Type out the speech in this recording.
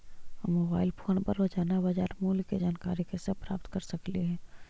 हम mobile phone पर रोजाना बाजार मूल्य के जानकारी कैसे प्राप्त कर सकली हे?